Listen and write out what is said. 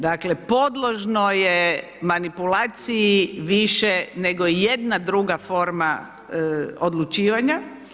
Dakle podložno je manipulaciji više nego i jedna druga forma odlučivanja.